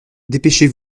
dépêchez